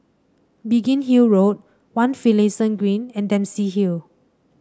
Biggin Hill Road One Finlayson Green and Dempsey Hill